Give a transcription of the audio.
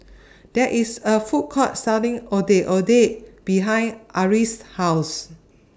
There IS A Food Court Selling Ondeh Ondeh behind Ari's House